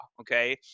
okay